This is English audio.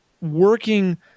working